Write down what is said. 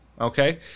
Okay